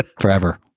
forever